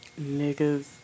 Niggas